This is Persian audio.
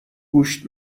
گوشت